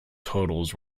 totals